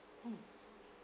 mm